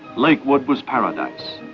lakewood was paradise.